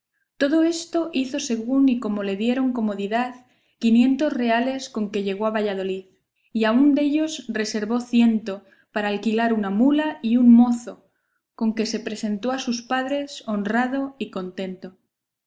todo esto hizo según y como le dieron comodidad quinientos reales con que llegó a valladolid y aun dellos reservó ciento para alquilar una mula y un mozo con que se presentó a sus padres honrado y contento